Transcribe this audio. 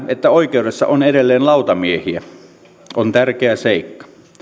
että oikeudessa on edelleen lautamiehiä on tärkeä seikka